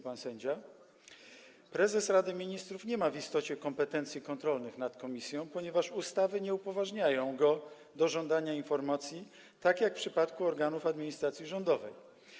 I dalej: Prezes Rady Ministrów nie ma w istocie kompetencji kontrolnych nad komisją, ponieważ ustawy nie upoważniają go do żądania informacji, tak jak w przypadku organów administracji rządowej.